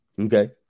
Okay